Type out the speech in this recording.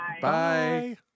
Bye